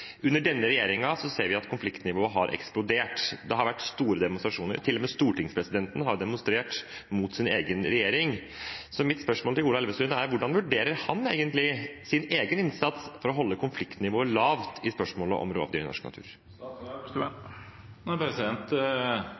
Under denne regjeringen ser vi at konfliktnivået har eksplodert. Det har vært store demonstrasjoner. Til og med stortingspresidenten har demonstrert mot sin egen regjering. Mitt spørsmål til Ola Elvestuen er hvordan han egentlig vurderer sin egen innsats for å holde konfliktnivået lavt i spørsmålet om rovdyr i norsk natur.